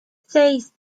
seis